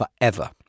forever